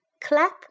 Clap